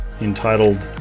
entitled